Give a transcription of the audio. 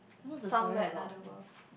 somewhere another world